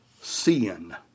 sin